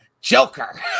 Joker